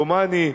דומני,